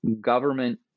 government